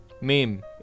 Meme